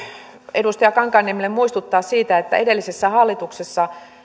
edustaja kankaanniemelle muistuttaa että edellisessä hallituksessa